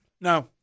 No